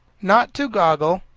not too goggle,